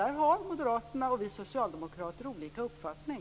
Där har ju Moderaterna och vi socialdemokrater olika uppfattning.